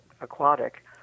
aquatic